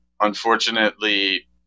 unfortunately